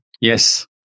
Yes